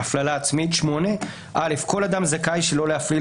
8.הפללה עצמית כל אדם זכאי שלא להפליל